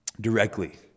Directly